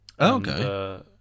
Okay